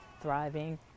thriving